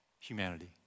humanity